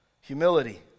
Humility